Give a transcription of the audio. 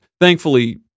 Thankfully